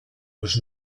was